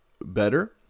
better